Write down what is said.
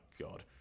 God